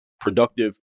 productive